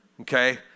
Okay